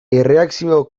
erreakzio